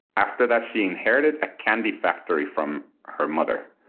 after that she inherited a candy factory from her mother.